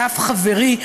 ואף חברי,